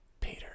Peter